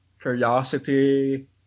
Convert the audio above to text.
curiosity